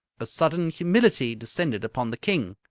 a sudden humility descended upon the king.